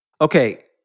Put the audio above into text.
Okay